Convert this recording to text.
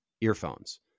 earphones